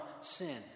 sin